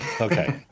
Okay